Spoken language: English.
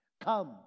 come